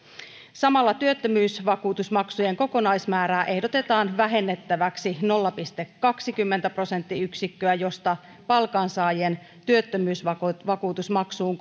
samalla työttömyysvakuutusmaksujen kokonaismäärää ehdotetaan vähennettäväksi nolla pilkku kaksikymmentä prosenttiyksikköä josta palkansaajien työttömyysvakuutusmaksuun